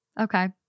Okay